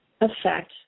effect